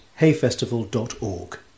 hayfestival.org